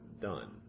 done